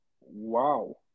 Wow